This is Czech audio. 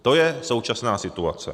To je současná situace.